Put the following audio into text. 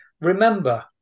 remember